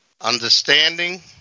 understanding